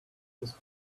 this